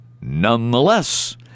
Nonetheless